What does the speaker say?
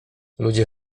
ludzie